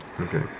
Okay